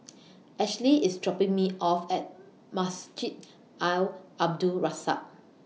Ashlie IS dropping Me off At Masjid Al Abdul Razak